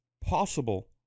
possible